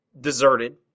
deserted